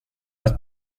ett